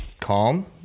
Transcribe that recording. calm